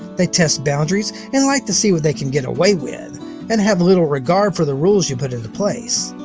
they test boundaries and like to see what they can get away with and have little regard for the rules you put in place.